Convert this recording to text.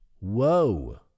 whoa